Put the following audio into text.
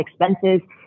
expenses